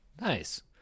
Nice